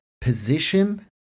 position